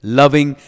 loving